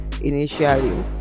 initially